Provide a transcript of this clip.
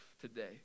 today